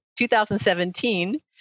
2017